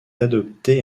adopté